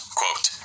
quote